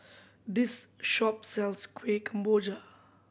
this shop sells Kueh Kemboja